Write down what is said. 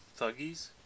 thuggies